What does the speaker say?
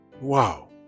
Wow